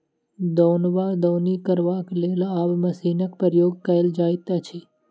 दौन वा दौनी करबाक लेल आब मशीनक प्रयोग कयल जाइत अछि